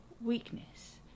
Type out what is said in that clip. weakness